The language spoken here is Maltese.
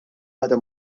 għadha